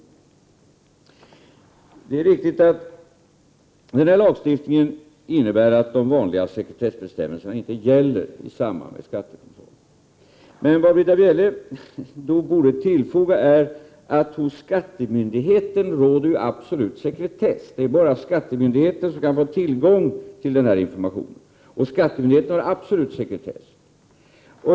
Det är riktigt att den här lagstiftningen innebär att de vanliga sekretessbestämmelserna inte gäller i samband med skattekontroller, men vad Britta Bjelle då borde tillfoga är att hos skattemyndigheten råder ju absolut sekretess. Det är bara skattemyndigheten som kan få tillgång till den här informationen. Skattemyndigheten har absolut sekretess.